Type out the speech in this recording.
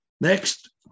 next